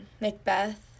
Macbeth